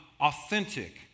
authentic